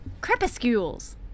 Crepuscules